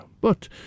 But